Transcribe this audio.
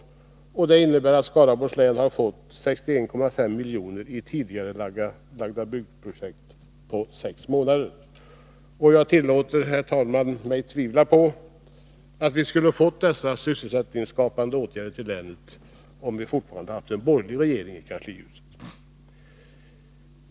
Det innebär att Skaraborgs län har fått 61,5 milj.kr. i tidigarelagda byggprojekt på sex månader. Herr talman! Jag tillåter mig tvivla på att vi hade fått dessa sysselsättningsskapande åtgärder för länet, om vi fortfarande hade haft en borgerlig regering i kanslihuset.